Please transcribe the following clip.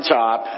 top